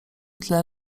tle